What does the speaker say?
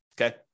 okay